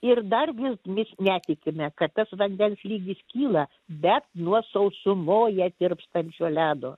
ir dar mes netikime kad tas vandens lygis kyla bet nuo sausumoje tirpstančio ledo